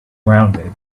rounded